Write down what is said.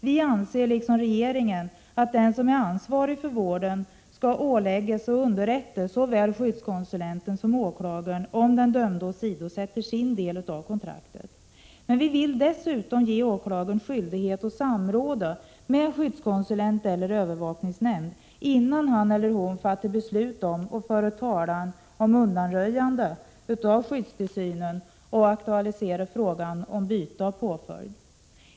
Vi anser liksom regeringen att den som är ansvarig för vården skall åläggas att underrätta såväl skyddskonsulenten som åklagaren om den dömde åsidosätter sin del av kontraktet. Men vi vill dessutom ge åklagaren skyldighet att samråda med skyddskonsulent eller övervakningsnämnd, innan han eller hon fattar beslut om och för talan om undanröjande av skyddstillsynen och aktualiserar frågan om att byta påföljd.